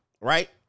right